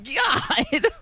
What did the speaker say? god